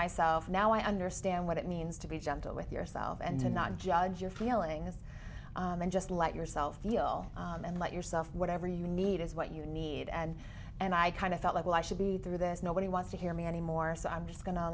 myself now i understand what it means to be gentle with yourself and to not judge your feelings then just let yourself feel and let yourself whatever you need is what you need and and i kind of felt like i should be there this nobody wants to hear me anymore so i'm just go